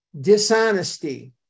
dishonesty